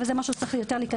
והוא צריך יותר להיכנס אליהם.